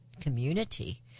community